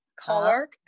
color